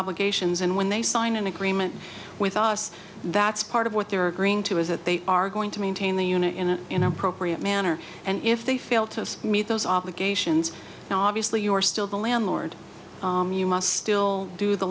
obligations and when they sign an agreement with us that's part of what they're agreeing to is that they are going to maintain the unit in an appropriate manner and if they fail to meet those obligations obviously you are still the landlord you must still do the